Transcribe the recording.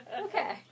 Okay